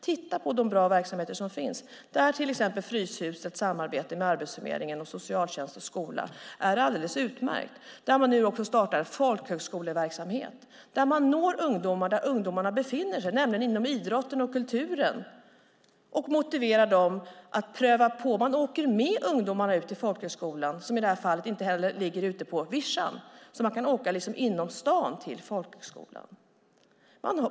Titta på de bra verksamheter som finns! Där är till exempel Fryshusets samarbete med Arbetsförmedlingen, socialtjänsten och skolan alldeles utmärkt. Där startar man nu en folkhögskoleverksamhet, där man når ungdomar där de befinner sig, nämligen inom idrotten och kulturen, och motiverar dem att pröva på. Man åker med ungdomarna ut till folkhögskolan, som i detta fall inte ligger ute på vischan utan inne i staden.